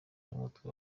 n’umutwe